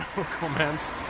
comments